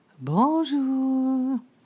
Bonjour